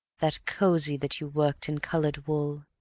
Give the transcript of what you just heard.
that cozy that you worked in colored wool,